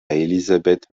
élisabeth